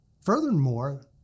Furthermore